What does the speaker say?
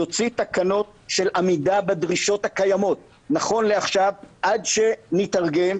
יוציא תקנות של עמידה בדרישות הקיימות נכון לעכשיו עד שנתארגן.